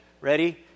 Ready